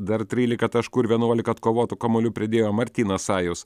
dar trylika taškų ir vienuolika atkovotų kamuolių pridėjo martynas sajus